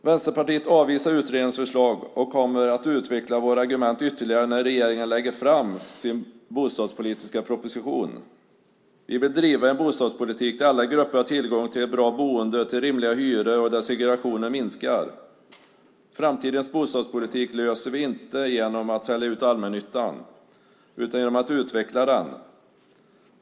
Vänsterpartiet avvisar utredningens förslag. Vi kommer att utveckla våra argument ytterligare när regeringen lägger fram sin bostadspolitiska proposition. Vi vill driva en bostadspolitik där alla grupper har tillgång till bra boende med rimliga hyror och där segregationen minskar. Framtidens bostadspolitik löser vi inte genom att sälja ut allmännyttan, utan genom att utveckla den.